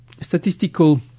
statistical